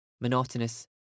monotonous